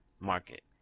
market